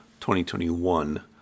2021